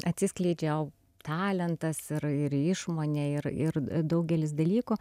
atsiskleidžia talentas ir ir išmonė ir ir daugelis dalykų